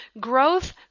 Growth